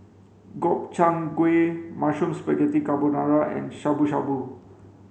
Gobchang Gui Mushroom Spaghetti Carbonara and Shabu Shabu